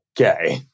okay